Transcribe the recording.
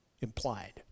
implied